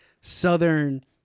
Southern